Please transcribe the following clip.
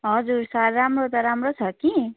हजुर सर राम्रो त राम्रो छ कि